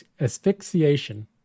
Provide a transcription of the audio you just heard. asphyxiation